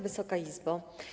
Wysoka Izbo!